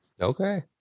Okay